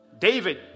David